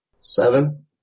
seven